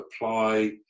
apply